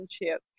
relationship